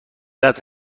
قدر